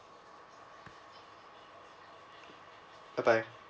bye bye